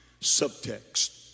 subtext